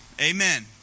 Amen